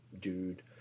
dude